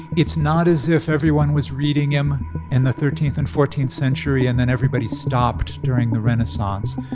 it's not as if everyone was reading him in the thirteenth and fourteenth century and then everybody stopped during the renaissance.